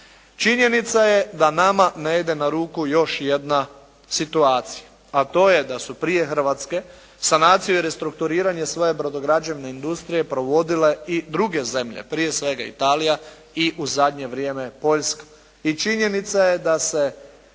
Činjenica je da nama ne ide na ruku još jedna situacija, a to je da su prije Hrvatske sanaciju i restrukturiranje svoje brodograđevne industrije provodile i druge zemlje prije svega Italija i u zadnje vrijeme Poljska